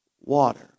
water